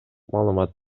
маалымат